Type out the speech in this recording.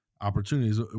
opportunities